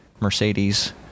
Mercedes